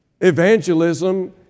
evangelism